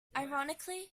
ironically